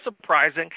surprising